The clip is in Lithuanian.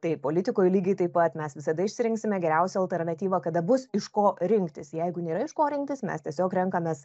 tai politikoj lygiai taip pat mes visada išsirinksime geriausią alternatyvą kada bus iš ko rinktis jeigu nėra iš ko rinktis mes tiesiog renkamės